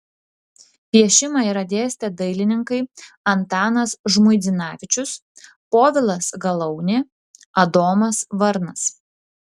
piešimą yra dėstę dailininkai antanas žmuidzinavičius povilas galaunė adomas varnas